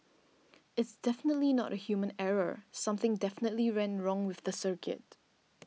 it's definitely not a human error something definitely went wrong with the circuit